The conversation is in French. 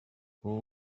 vous